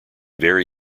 very